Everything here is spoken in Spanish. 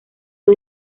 los